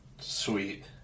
Sweet